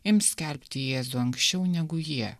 ims skelbti jėzų anksčiau negu jie